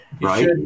right